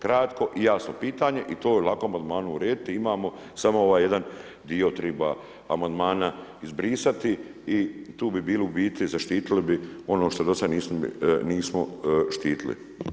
Kratko i jasno pitanje, i to je lako amandmanom urediti imamo samo ovaj jedan dio triba amandmana izbrisati i tu bi bili u biti zaštitili bi ono što do sada nismo štitili.